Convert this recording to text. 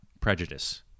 prejudice